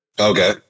Okay